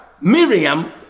Miriam